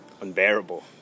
unbearable